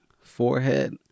Forehead